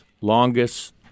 longest